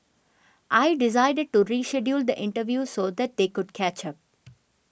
I decided to reschedule the interview so that they could catch up